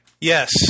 Yes